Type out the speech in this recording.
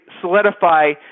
solidify